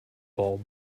bulb